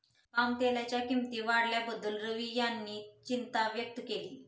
पामतेलाच्या किंमती वाढल्याबद्दल रवी यांनी चिंता व्यक्त केली